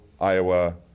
Iowa